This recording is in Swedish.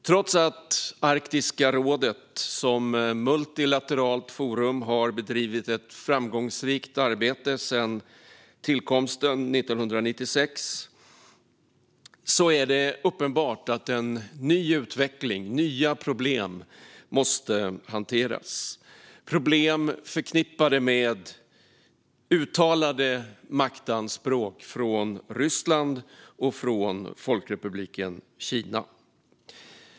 Trots att Arktiska rådet som multilateralt forum har bedrivit ett framgångsrikt arbete sedan tillkomsten 1996 är det uppenbart att en ny utveckling och nya problem måste hanteras, problem förknippade med uttalade maktanspråk från Ryssland och från Folkrepubliken Kina.